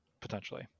potentially